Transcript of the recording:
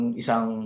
isang